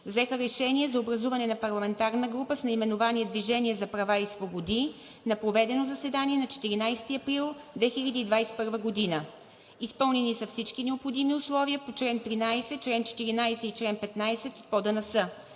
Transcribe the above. взеха решение за образуване на парламентарна група с наименование „Движение за права и свободи“ на проведено заседание на 14 април 2021 г. Изпълнени са всички необходими условия по чл. 13, 14 и 15 от Правилника